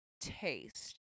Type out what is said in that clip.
taste